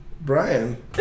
Brian